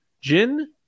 Jin